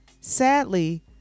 Sadly